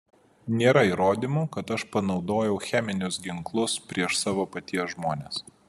nėra įrodymų kad aš panaudojau cheminius ginklus prieš savo paties žmones